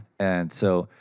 and so,